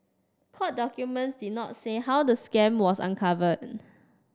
court documents did not say how the scam was uncovered